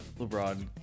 LeBron